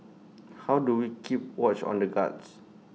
how do we keep watch on the guards